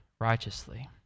righteously